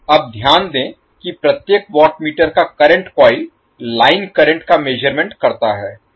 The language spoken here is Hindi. अब ध्यान दें कि प्रत्येक वॉट मीटर का करंट कॉइल लाइन करंट का मेज़रमेंट करता है